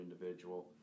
individual